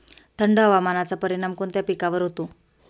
थंड हवामानाचा परिणाम कोणत्या पिकावर होतो?